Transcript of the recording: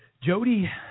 Jody